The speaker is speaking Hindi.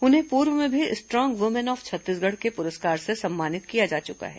उन्हें पूर्व में भी स्ट्रांग वुमेन ऑफ छत्तीसगढ़ के पुरस्कार से सम्मानित किया जा चुका है